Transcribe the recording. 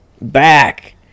back